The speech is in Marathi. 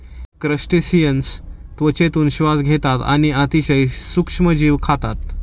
क्रस्टेसिअन्स त्वचेतून श्वास घेतात आणि अतिशय सूक्ष्म जीव खातात